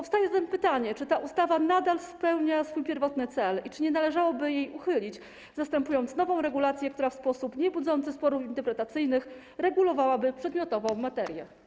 Nasuwa się zatem pytanie, czy ta ustawa nadal spełnia swój pierwotny cel i czy nie należałoby jej uchylić, zastępując ją nową regulacją, która w sposób niebudzący sporów interpretacyjnych regulowałaby przedmiotową materię.